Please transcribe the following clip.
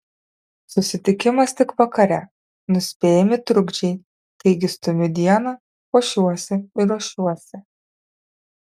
susitikimas tik vakare nuspėjami trukdžiai taigi stumiu dieną puošiuosi ir ruošiuosi